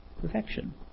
perfection